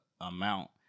amount